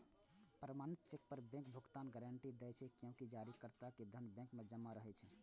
प्रमाणित चेक पर बैंक भुगतानक गारंटी दै छै, कियैकि जारीकर्ता के धन बैंक मे जमा रहै छै